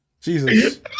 Jesus